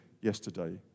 yesterday